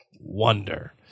wonder